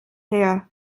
her